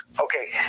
Okay